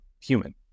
human